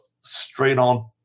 straight-on